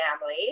family